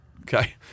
okay